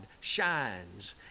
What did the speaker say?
shines